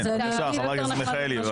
בבקשה, חברת הכנסת מיכאלי.